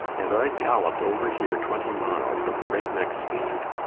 and i galloped over here twenty miles at break-neck speed!